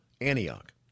Antioch